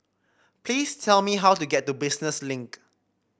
please tell me how to get to Business Link